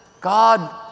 God